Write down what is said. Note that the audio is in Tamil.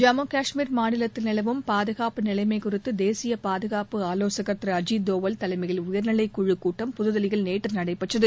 ஜம்மு கஷ்மீர் மாநிலத்தில் நிலவும் பாதுகாப்பு நிலைமை குறித்து தேசிய பாதுகாப்பு ஆலோசகர் திரு அஜித் தோவல் தலைமையில் உயர்நிலைக்குழுக் கூட்டம் புதுதில்லியில் நேற்று நடைபெற்றது